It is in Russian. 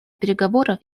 переговоров